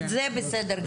זה בסדר גמור.